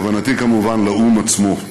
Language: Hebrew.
כוונתי כמובן לאו"ם עצמו.